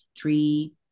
three